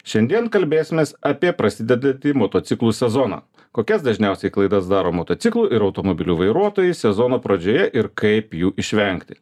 šiandien kalbėsimės apie prasidedantį motociklų sezoną kokias dažniausiai klaidas daro motociklų ir automobilių vairuotojai sezono pradžioje ir kaip jų išvengti